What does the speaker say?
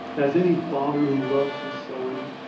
as any father who loves his son,